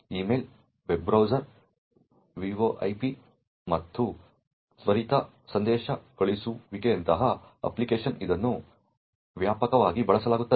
email web browsing VoIP ಮತ್ತು ತ್ವರಿತ ಸಂದೇಶ ಕಳುಹಿಸುವಿಕೆಯಂತಹ ಅಪ್ಲಿಕೇಶನ್ಗಳಿಗೆ ಇದನ್ನು ವ್ಯಾಪಕವಾಗಿ ಬಳಸಲಾಗುತ್ತದೆ